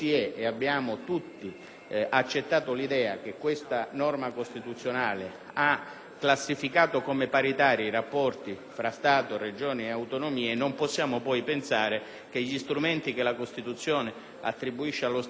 accettato l'idea che tale norma costituzionale ha classificato come paritari i rapporti tra Stato, Regioni ed autonomie - non si può poi pensare che gli strumenti che la Costituzione attribuisce allo Stato per far crescere i Comuni